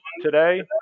today